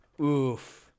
Oof